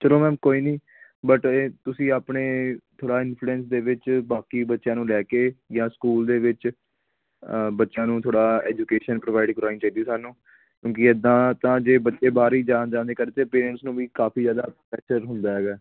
ਚਲੋ ਮੈਮ ਕੋਈ ਨਹੀਂ ਬਟ ਇਹ ਤੁਸੀਂ ਆਪਣੇ ਥੋੜ੍ਹਾ ਇਨਫਲੂਐਂਸ ਦੇ ਵਿੱਚ ਬਾਕੀ ਬੱਚਿਆਂ ਨੂੰ ਲੈ ਕੇ ਜਾਂ ਸਕੂਲ ਦੇ ਵਿੱਚ ਅ ਬੱਚਿਆਂ ਨੂੰ ਥੋੜ੍ਹਾ ਐਜੂਕੇਸ਼ਨ ਪ੍ਰੋਵਾਈਡ ਕਰਵਾਉਣੀ ਚਾਹੀਦੀ ਸਾਨੂੰ ਕਿਉਂਕਿ ਇੱਦਾਂ ਤਾਂ ਜੇ ਬੰਦੇ ਬਾਹਰ ਹੀ ਜਾਣ ਜਾਣ ਕਰਦੇ ਤਾਂ ਪੇਂਰਟਸ ਨੂੰ ਵੀ ਕਾਫੀ ਜ਼ਿਆਦਾ ਐਕਸਰ ਹੁੰਦਾ ਹੈਗਾ